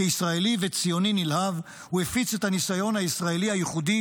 כישראלי וציוני נלהב הוא הפיץ את הניסיון הישראלי הייחודי